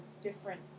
different